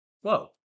Whoa